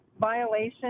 violation